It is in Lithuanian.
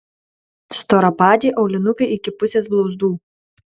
storapadžiai aulinukai iki pusės blauzdų